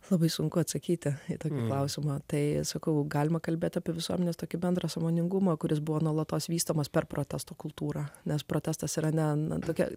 labai sunku atsakyti į tą klausimą tai sakau galima kalbėti apie visuomenės tokį bendrą sąmoningumą kuris buvo nuolatos vystomas per protesto kultūrą nes protestas yra ne tokia